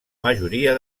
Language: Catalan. majoria